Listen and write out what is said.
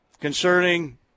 concerning